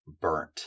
burnt